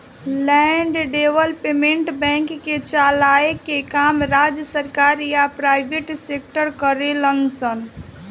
land development bank के चलाए के काम राज्य सरकार या प्राइवेट सेक्टर करेले सन